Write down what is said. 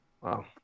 Wow